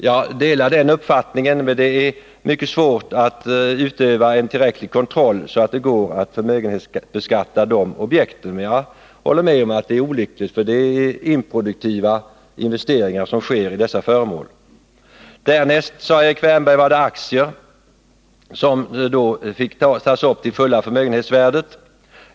Jag delar den uppfattningen, men det är mycket svårt att utöva en tillräcklig kontroll så att det går att förmögenhetsbeskatta dessa objekt. Jag håller med om att det är olyckligt, ty det är improduktiva investeringar som sker i dessa föremål. Därnäst, sade Erik Wärnberg, var det aktier som skulle tas upp till sitt fulla förmögenhetsvärde.